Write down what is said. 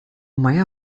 meier